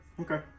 Okay